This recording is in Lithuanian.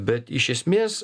bet iš esmės